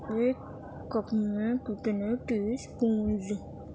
ایک کپ میں کتنے ٹی اسپونز